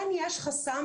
כן יש חסם,